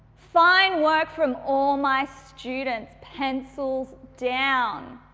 fine work from all my students, pencils down.